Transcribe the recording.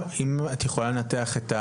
אם את יכולה לנתח,